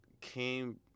came